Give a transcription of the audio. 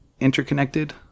interconnected